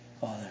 Father